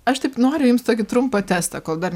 aš taip noriu jums tokį trumpą testą kol dar